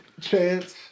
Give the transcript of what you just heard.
chance